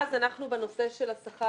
ואז אנחנו בנושא של השכר,